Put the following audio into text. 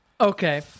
Okay